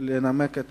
לנמק את